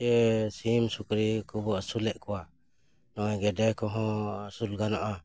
ᱥᱮ ᱥᱤᱢ ᱥᱩᱠᱨᱤ ᱠᱚᱵᱚᱱ ᱟᱹᱥᱩᱞᱮᱫ ᱠᱚᱣᱟ ᱱᱚᱜᱼᱚᱭ ᱜᱮᱰᱮ ᱠᱚᱦᱚᱸ ᱟᱹᱥᱩᱞ ᱜᱟᱱᱚᱜᱼᱟ